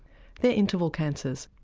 they're interval cancers.